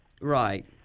Right